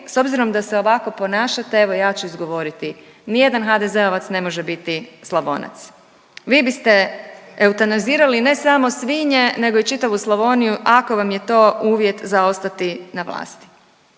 S obzirom da se ovako ponašate evo ja ću izgovoriti, nijedan HDZ-ovac ne može biti Slavonac. Vi biste eutanazirali ne samo svinje nego i čitavu Slavoniju ako vam je to uvjet za ostati na vlasti.